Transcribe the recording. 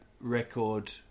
record